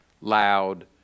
loud